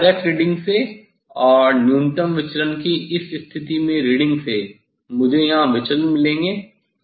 अब direct reading से और न्यूनतम विचलन की इस स्थिति में रीडिंग से मुझे यहाँ विचलन मिलेंगे